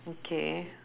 okay